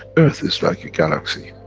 earth is like a galaxy,